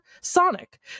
Sonic